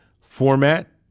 format